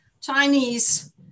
Chinese